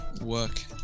work